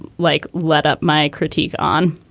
like, let up my critique on.